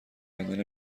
کندن